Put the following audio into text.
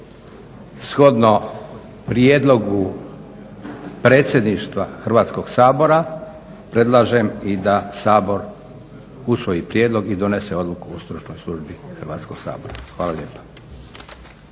Shodno prijedlogu predstavništva Hrvatskog sabora, predlažem i da Sabor usvoji prijedlog i donese odluku o stručnoj službi Hrvatskog sabora. Hvala lijepa.